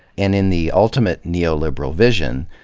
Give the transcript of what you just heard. and in the ultimate neoliberal vision,